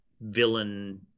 villain